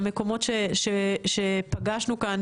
המקומות שפגשנו כאן,